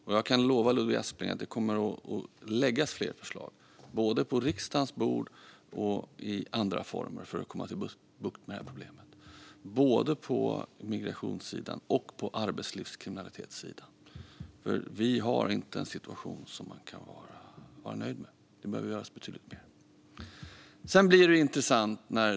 Och jag kan lova Ludvig Aspling att det kommer att läggas fler förslag både på riksdagens bord och i andra former för att komma till rätta med det här problemet både på migrationssidan och på arbetslivskriminalitetssidan, för vi har inte en situation som man kan vara nöjd med. Det behöver göras betydligt mer. Sedan blir det intressant.